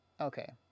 okay